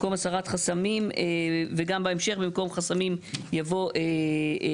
במקום "הסרת חסמים" וגם בהמשך במקום "חסמים" יבוא "תהליכים".